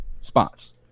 spots